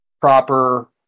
proper